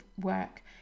work